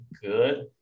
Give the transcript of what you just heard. Good